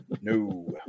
No